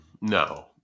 No